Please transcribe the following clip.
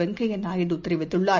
வெங்கய்யாநாயுடு தெரிவித்துள்ளார்